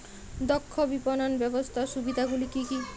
দক্ষ বিপণন ব্যবস্থার সুবিধাগুলি কি কি?